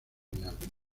final